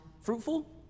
fruitful